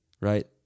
right